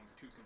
Two